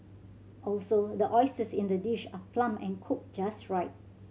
also the in the dish are plump and cooked just right